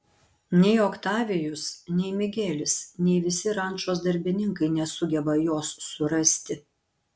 nei oktavijus nei migelis nei visi rančos darbininkai nesugeba jos surasti